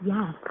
Yes